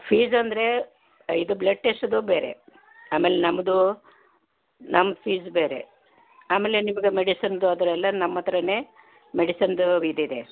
fees ಅಂದರೆ ಇದು blood ಟೆಸ್ಟ್ದು ಬೇರೆ ಆಮೇಲೆ ನಮ್ಮದು ನಮ್ಮ ಫೀಸ್ ಬೇರೆ ಆಮೇಲೆ ನಿಮ್ಗೆ ಮೆಡಿಸಿನ್ದು ಅದೆಲ್ಲ ನಮ್ಮ ಹತ್ರನೇ ಮೆಡಿಸನ್ದು ಇದು ಇದೆ